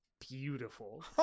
beautiful